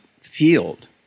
field